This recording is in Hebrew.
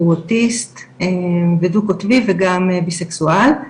הוא אוטיסט ודו קוטבי וגם ביסקסואל,